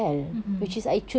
mm mm